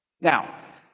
Now